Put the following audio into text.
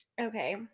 Okay